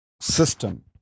system